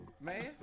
Man